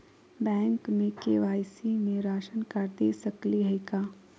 Bank में KYC में ration card दे सकली हई का?